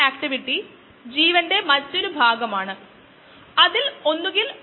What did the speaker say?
Escherichia coli പോലുള്ള ഒരു സാധാരണ ജീവികൾക്കായി എന്ന് നമുക്ക് പറയാം